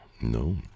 No